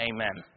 Amen